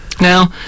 Now